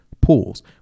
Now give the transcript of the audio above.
pools